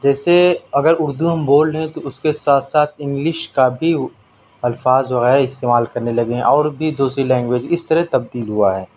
جیسے اگر اردو ہم بول رہے ہیں تو اس کے ساتھ ساتھ انگلش کا بھی الفاظ وغیرہ استعمال کرنے لگے ہیں اور بھی دوسری لینگویج اس طرح تبدیل ہوا ہے